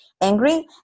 Angry